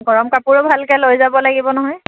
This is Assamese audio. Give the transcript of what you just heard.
গৰম কাপোৰো ভালকৈ লৈ যাব লাগিব নহয়